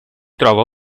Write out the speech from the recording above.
trova